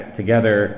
together